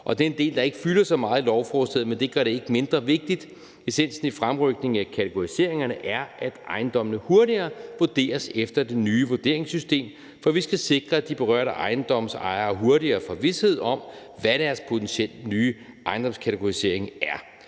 det er en del, der ikke fylder så meget i lovforslaget, men det gør det ikke mindre vigtigt. Essensen i fremrykningen af kategoriseringerne er, at ejendommene hurtigere vurderes efter det nye vurderingssystem, for vi skal sikre, at de berørte ejendomsejere hurtigere får vished om, hvad deres potentielt nye ejendomskategorisering er.